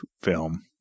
film